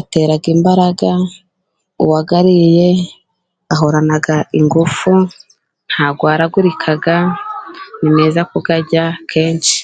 atera imbaraga, uwayariye ahorana ingufu, ntarwaragurika, ni meza kuyarya kenshi.